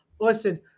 Listen